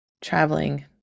traveling